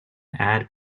add